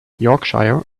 yorkshire